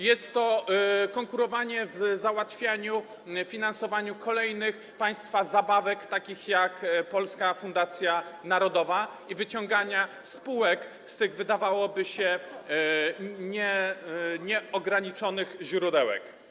Jest to konkurowanie w załatwianiu, finansowaniu kolejnych państwa zabawek, takich jak Polska Fundacja Narodowa, i wyciągania z tych spółek - wydawałoby się - nieograniczonych źródełek.